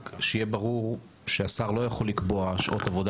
רק שיהיה ברור שהשר לא יכול לקבוע שעות עבודה